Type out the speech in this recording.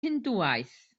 hindŵaeth